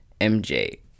MJ